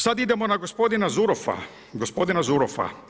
Sad idemo na gospodina Zurofa, gospodina Zurofa.